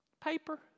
paper